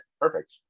Perfect